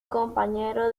compañero